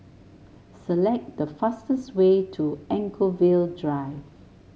select the fastest way to Anchorvale Drive